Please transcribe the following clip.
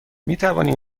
میتوانی